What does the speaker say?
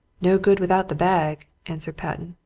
no good without the bag, answered patten,